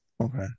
Okay